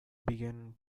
began